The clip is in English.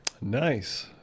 Nice